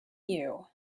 you